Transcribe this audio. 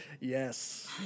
Yes